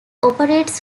operates